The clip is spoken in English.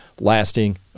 lasting